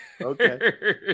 okay